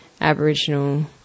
Aboriginal